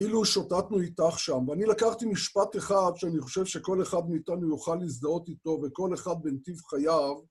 אילו שוטטנו איתך שם, ואני לקחתי משפט אחד שאני חושב שכל אחד מאיתנו יוכל לזדהות איתו, וכל אחד בנתיב חייו.